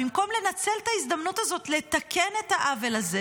במקום לנצל את ההזדמנות הזאת לתקן את העוול הזה,